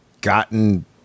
gotten